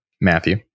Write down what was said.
Matthew